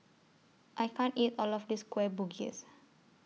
I can't eat All of This Kueh Bugis